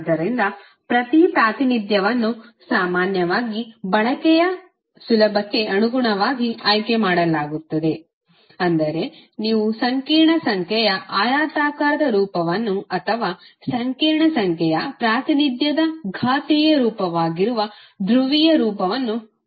ಆದ್ದರಿಂದ ಪ್ರತಿ ಪ್ರಾತಿನಿಧ್ಯವನ್ನು ಸಾಮಾನ್ಯವಾಗಿ ಬಳಕೆಯ ಸುಲಭಕ್ಕೆ ಅನುಗುಣವಾಗಿ ಆಯ್ಕೆ ಮಾಡಲಾಗುತ್ತದೆ ಅಂದರೆ ನೀವು ಸಂಕೀರ್ಣ ಸಂಖ್ಯೆಯ ಆಯತಾಕಾರದ ರೂಪವನ್ನು ಅಥವಾ ಸಂಕೀರ್ಣ ಸಂಖ್ಯೆಯ ಪ್ರಾತಿನಿಧ್ಯದ ಘಾತೀಯ ರೂಪವಾಗಿರುವ ಧ್ರುವೀಯ ರೂಪವನ್ನು ಬಳಸುತ್ತೀರಿ